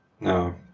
No